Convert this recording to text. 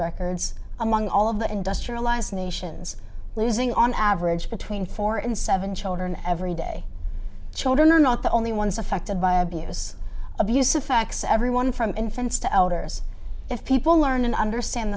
records among all of the industrialized nations losing on average between four and seven children every day children are not the only ones affected by abuse abuse of facts everyone from infants to elder people learn and understand